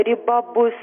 riba bus